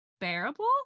bearable